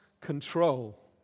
control